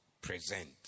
present